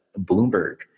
Bloomberg